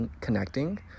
connecting